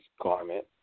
garment